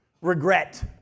regret